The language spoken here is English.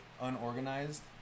unorganized